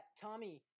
Tommy